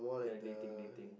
ya dating dating